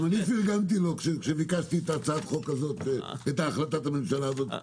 גם אני פרגנתי לו כאשר ביקשתי את החלטת הממשלה הזאת,